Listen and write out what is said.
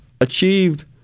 achieved